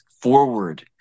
forward